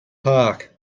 park